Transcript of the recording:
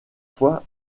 fois